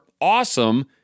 awesome